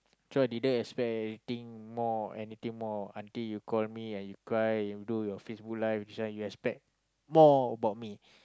so I didn't expect think more anything more until you call me and you cry you do your facebook like this one you expect more about me